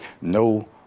no